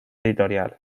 editorial